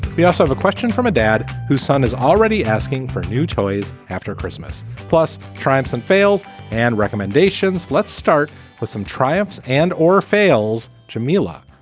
we also have a question from a dad whose son is already asking for new toys after christmas plus, triumphs and fails and recommendations. let's start with some triumphs and or fails. jamila,